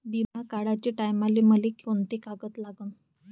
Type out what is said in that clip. बिमा काढाचे टायमाले मले कोंते कागद लागन?